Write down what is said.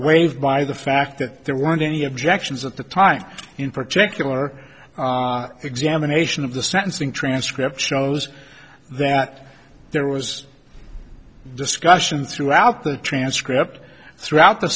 waived by the fact that there weren't any objections at the time in particular examination of the sentencing transcript shows that there was discussion throughout the transcript throughout the